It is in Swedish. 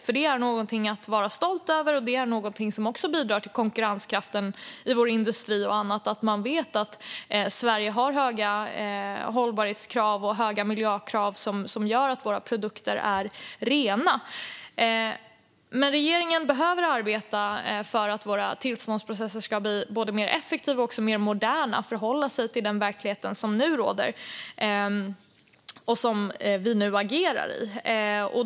För det är någonting att vara stolt över och någonting som bidrar till konkurrenskraften i vår industri och annat, att man vet att Sverige har höga hållbarhetskrav och miljökrav som gör att våra produkter är rena. Men regeringen behöver arbeta för att våra tillståndsprocesser ska bli både mer effektiva och mer moderna och att de förhåller sig till den verklighet som nu råder och som vi nu agerar i.